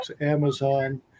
Amazon